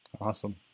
awesome